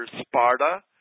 Sparta